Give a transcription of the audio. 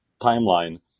timeline